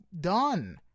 done